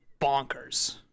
bonkers